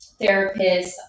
therapists